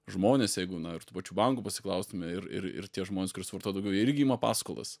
žmonės jeigu na ir tų pačių bankų pasiklaustume ir ir ir tie žmonės kurie svartoja daugiau jie irgi ima paskolas